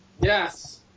Yes